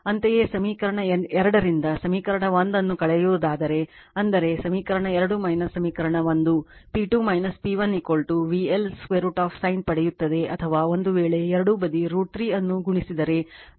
ಅಂತೆಯೇ ಸಮೀಕರಣ 2 ರಿಂದ ಸಮೀಕರಣ 1 ಅನ್ನು ಕಳೆಯುವುದಾದರೆ ಅಂದರೆ ಸಮೀಕರಣ 2 ಸಮೀಕರಣ 1 P2 P1 VL √ sin ಪಡೆಯುತ್ತದೆ ಅಥವಾ ಒಂದು ವೇಳೆ ಎರಡೂ ಬದಿ √ 3 ಅನ್ನು ಗುಣಿಸಿದರೆ √ 3 VL √ sin √ 3 P2 P P1